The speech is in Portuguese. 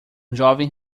jovem